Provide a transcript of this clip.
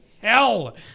hell